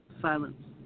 silence